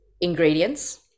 ingredients